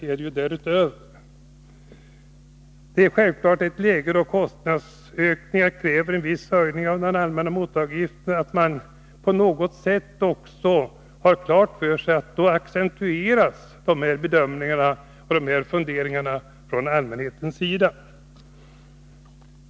Man måste ha klart för sig att i ett läge då kostnadsökningarna kräver en viss höjning av den allmänna mottagaravgiften, accentueras sådana bedömningar och funderingar från allmänhetens sida.